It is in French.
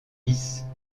lisse